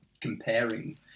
comparing